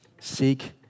Seek